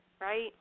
right